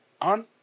on